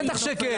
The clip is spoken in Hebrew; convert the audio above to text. בטח שכן.